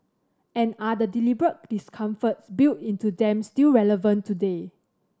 and are the deliberate discomforts built into them still relevant today